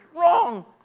wrong